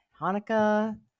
Hanukkah